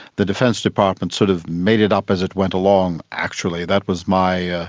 the defence department sort of made it up as it went along actually, that was my, ah